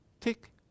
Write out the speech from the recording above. tick